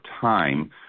time